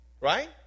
Right